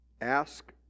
ask